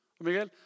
Miguel